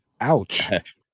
Ouch